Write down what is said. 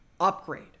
upgrade